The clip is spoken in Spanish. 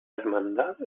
hermandad